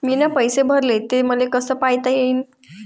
मीन पैसे भरले, ते मले कसे पायता येईन?